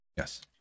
Yes